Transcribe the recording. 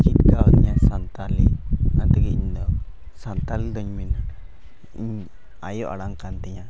ᱪᱮᱫ ᱠᱟᱣᱫᱤᱧᱟ ᱥᱟᱱᱛᱟᱲᱤ ᱚᱱᱟ ᱛᱮᱜᱮ ᱤᱧ ᱫᱚ ᱥᱟᱱᱛᱟᱲᱤ ᱫᱚᱧ ᱢᱮᱱᱟ ᱤᱧ ᱟᱭᱳ ᱟᱲᱟᱝ ᱠᱟᱱ ᱛᱤᱧᱟᱹ